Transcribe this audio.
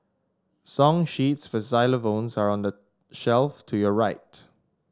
song sheets for xylophones are on the shelf to your right